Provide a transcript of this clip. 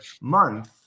month